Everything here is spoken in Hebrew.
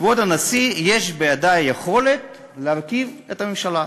כבוד הנשיא, יש בידי יכולת להרכיב ממשלה.